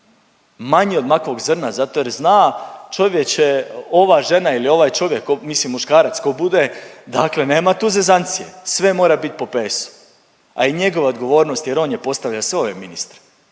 manji od makovog zrna zato jer zna čovječe ova žena ili ovaj čovjek, mislim muškarac ko bude dakle nema tu zezancije, sve mora bit po PS-u, a i njegova je odgovornost jer on je postavljao sve ove ministre